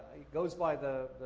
it goes by the,